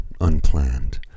unplanned